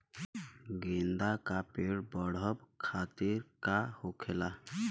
गेंदा का पेड़ बढ़अब खातिर का होखेला?